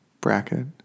bracket